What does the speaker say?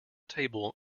table